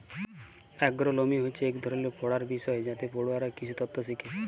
এগ্রোলমি হছে ইক ধরলের পড়ার বিষয় যাতে পড়ুয়ারা কিসিতত্ত শিখে